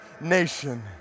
nation